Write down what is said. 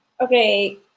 okay